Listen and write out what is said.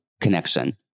connection